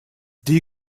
die